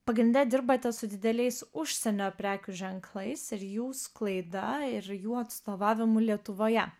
pagrinde dirbate su dideliais užsienio prekių ženklais ir jų sklaida ir jų atstovavimu lietuvoje